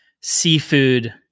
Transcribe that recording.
seafood